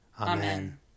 Amen